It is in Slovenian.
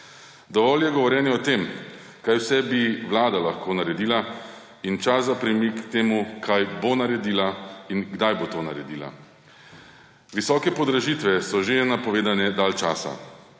Dovolj je govorjenja o tem, kaj vse bi vlada lahko naredila, in čas je za premik k temu, kaj bo naredila in kdaj bo to naredila. Visoke podražitve so napovedane že dalj časa.